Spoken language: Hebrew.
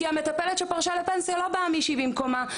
כי המטפלת שפרשה לפנסיה לא באה מישהי במקומה,